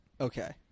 Okay